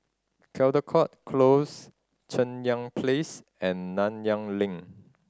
Caldecott Close Cheng Yan Place and Nanyang Link